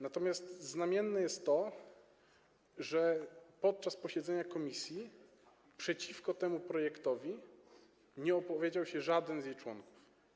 Natomiast znamienne jest to, że podczas posiedzenia komisji przeciwko temu projektowi nie opowiedział się żaden z jej członków.